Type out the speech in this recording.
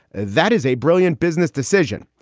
that is a brilliant business decision.